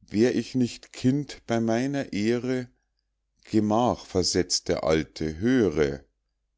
wär ich nicht kind bei meiner ehre gemach versetzt der alte höre